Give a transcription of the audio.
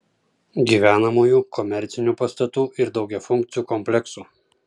gyvenamųjų komercinių pastatų ir daugiafunkcių kompleksų